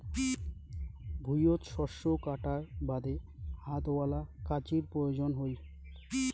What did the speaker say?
ভুঁইয়ত শস্য কাটার বাদে হাতওয়ালা কাঁচির প্রয়োজন হই